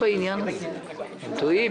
חמש דקות התייעצות סיעתית.